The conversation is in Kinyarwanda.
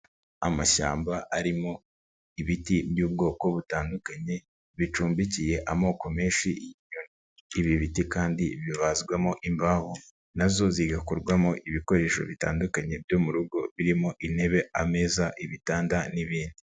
Amashyamba arimo ibiti by'ubwoko butandukanye, bicumbikiye amoko menshi y'inyoni, ibi biti kandi bibazwamo imbaho nazo zigakorwarwamo ibikoresho bitandukanye byo mu rugo birimo intebe, ameza, ibitanda n'ibindi.